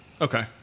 okay